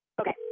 Okay